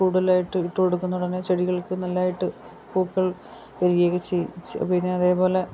കൂടുതലായിട്ട് ഇട്ട് കൊടുക്കുന്നുണ്ടന്നെ ചെടികൾക്ക് നല്ലതായിട്ട് പൂക്കൾ വിരിയുക ഒക്കെ ചെയ്യും പിന്നത് പോലെ